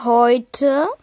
heute